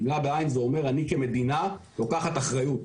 גמלה בעין זה אומר: אני כמדינה לוקחת אחריות,